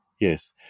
Yes